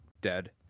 dead